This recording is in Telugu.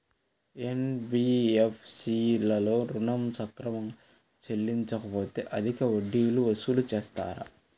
ఎన్.బీ.ఎఫ్.సి లలో ఋణం సక్రమంగా చెల్లించలేకపోతె అధిక వడ్డీలు వసూలు చేస్తారా?